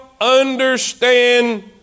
understand